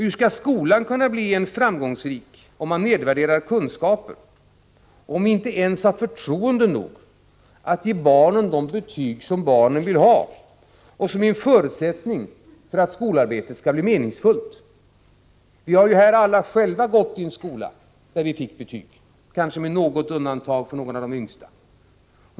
Hur skall skolan kunna bli framgångsrik om man nedvärderar kunskaper, om vi inte ens har förtroende nog att ge barnen de betyg som barnen vill ha och som är en förutsättning för att skolarbetet skall bli meningsfullt? Vi har alla själva, kanske med undantag för någon av de yngsta, gått i en skola där vi fick betyg.